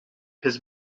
his